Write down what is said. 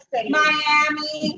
Miami